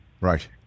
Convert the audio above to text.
Right